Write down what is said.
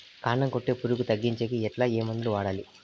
కాండం కొట్టే పులుగు తగ్గించేకి ఎట్లా? ఏ మందులు వాడాలి?